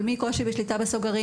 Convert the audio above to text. אבל מדובר בקושי בשליטה בסוגרים,